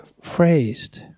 phrased